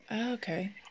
okay